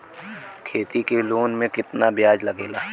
खेती के लोन में कितना ब्याज लगेला?